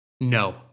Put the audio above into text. no